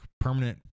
permanent